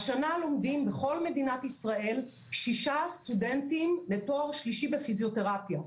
השנה לומדים בכל מדינת ישראל שישה סטודנטים לתואר שלישי בפיזיותרפיה.